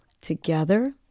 Together